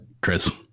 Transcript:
chris